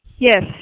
Yes